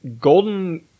Golden